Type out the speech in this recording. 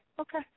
Okay